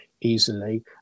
easily